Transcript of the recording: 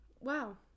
Wow